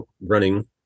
running